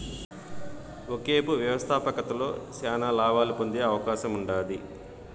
ఒకేపు వ్యవస్థాపకతలో శానా లాబాలు పొందే అవకాశముండాది